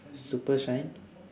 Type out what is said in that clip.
super shine